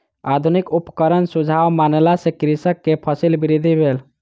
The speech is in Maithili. आधुनिक उपकरणक सुझाव मानला सॅ कृषक के फसील वृद्धि भेल